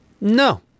no